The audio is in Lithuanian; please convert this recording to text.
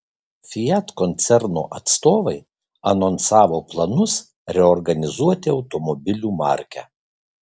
fiat koncerno atstovai anonsavo planus reorganizuoti automobilių markę